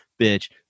bitch